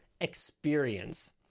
experience